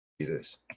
Jesus